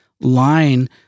line